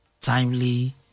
timely